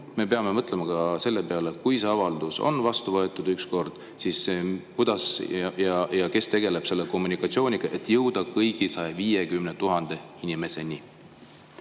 me peame mõtlema ka selle peale, et kui see avaldus on ükskord vastu võetud, siis kes ja kuidas tegeleb selle kommunikatsiooniga, et jõuda kõigi 150 000 inimeseni.